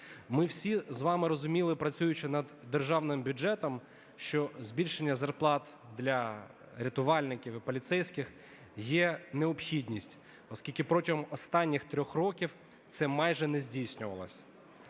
Ми всі з вами розуміли, працюючи над державним бюджетом, що збільшення зарплат для рятувальників і поліцейських є необхідність, оскільки протягом останніх 3 років це майже не здійснювалося.